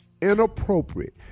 inappropriate